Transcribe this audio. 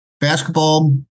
basketball